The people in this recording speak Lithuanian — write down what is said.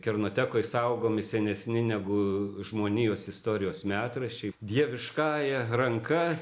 kernotekoj saugomi senesni negu žmonijos istorijos metraščiai dieviškąja ranka